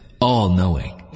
all-knowing